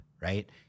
right